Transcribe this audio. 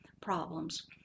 problems